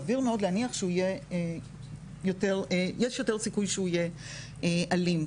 יש יותר סיכוי שהוא יהיה אלים,